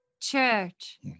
church